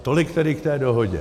Tolik tedy k té dohodě.